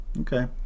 Okay